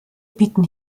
bieten